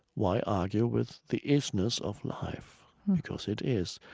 why argue with the isness of life because it is?